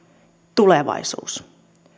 tulevaisuus